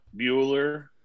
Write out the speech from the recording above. Bueller